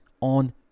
on